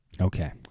Okay